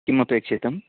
किमपेक्षितम्